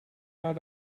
naar